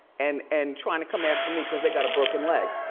and and trying to come after me cause they got a broken leg.